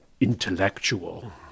intellectual